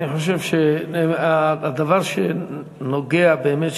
אני חושב שהדבר שנוגע באמת,